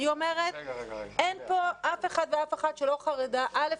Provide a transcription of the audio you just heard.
אני אומרת שאין פה אף אחד ואף אחת שלא חרדה, א.